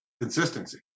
consistency